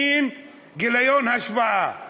מין גיליון השוואה: